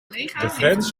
grens